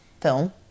film